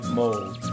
mode